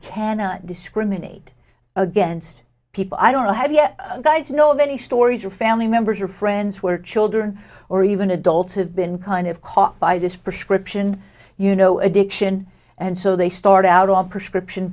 cannot discriminate against people i don't know have yet guys know of any stories of family members or friends where children or even adults have been kind of caught by this prescription you know addiction and so they start out on prescription